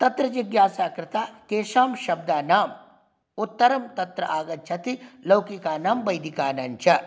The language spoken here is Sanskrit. तत्र जिज्ञासा कृता केषां शब्दानां उत्तरं तत्र आगच्छति लौकिकानां वैदिकानाञ्च